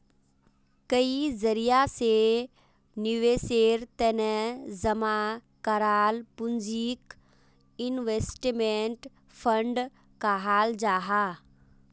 कई जरिया से निवेशेर तने जमा कराल पूंजीक इन्वेस्टमेंट फण्ड कहाल जाहां